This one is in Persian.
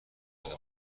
شده